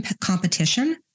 competition